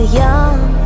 young